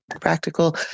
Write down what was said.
practical